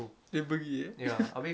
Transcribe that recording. dia pergi eh